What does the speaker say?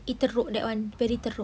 kita wrote that one very tempting